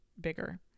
bigger